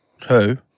two